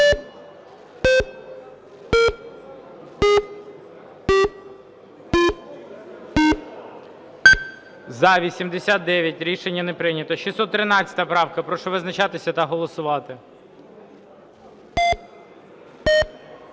За-89 Рішення не прийнято. 613 правка. Прошу визначатися та голосувати.